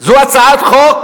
זו הצעת חוק